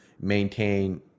maintain